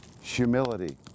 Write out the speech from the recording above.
humility